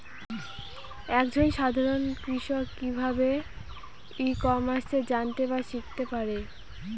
এক জন সাধারন কৃষক কি ভাবে ই কমার্সে জানতে বা শিক্ষতে পারে?